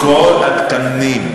כל התקנים.